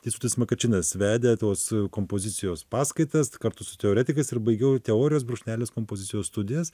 teisutis makačinas vedė tuos kompozicijos paskaitas kartu su teoretikais ir baigiau teorijos brūkšnelis kompozicijos studijas